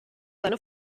seine